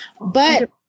But-